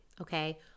okay